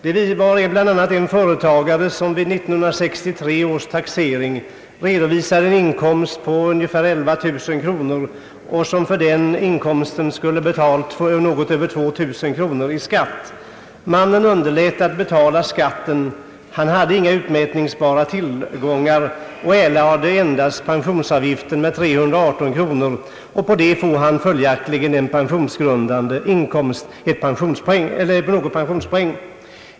En företagare redovisade vid 1963 års taxering en inkomst på 11 000 kronor, och för den inkomsten skulle han ha betalat något över 2000 kronor i skatt. Mannen underlät att betala skatten. Han hade inga utmätningsbara tillgångar. Han erlade endast pensionsavgift med 318 kronor och får på det sättet följaktligen pensionspoäng.